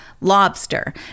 Lobster